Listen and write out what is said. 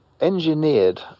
engineered